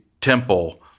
temple